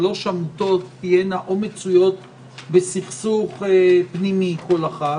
שלוש עמותות תהיינה או מצויות בסכסוך פנימי כל אחת,